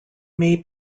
may